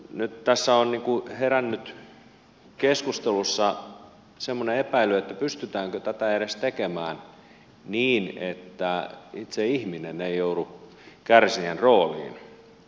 nyt tässä on herännyt keskustelussa semmoinen epäily pystytäänkö tätä edes tekemään niin että itse ihminen ei joudu kärsijän rooliin